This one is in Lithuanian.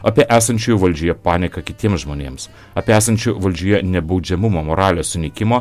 apie esančiųjų valdžioje panieką kitiems žmonėms apie esančių valdžioje nebaudžiamumo moralės sunykimo